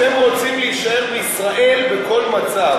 שאתם רוצים להישאר בישראל בכל מצב.